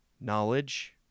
knowledge